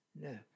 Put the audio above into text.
No